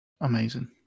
Amazing